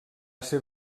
ser